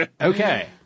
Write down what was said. Okay